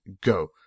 go